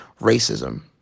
racism